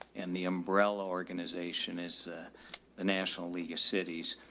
and the umbrella organization is the national league of cities.